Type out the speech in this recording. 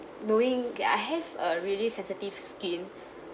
knowing that I have a really sensitive skin